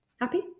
happy